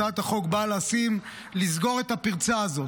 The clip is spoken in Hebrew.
הצעת החוק באה לסגור את הפרצה הזאת,